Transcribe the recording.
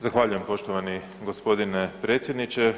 Zahvaljujem poštovani g. predsjedniče.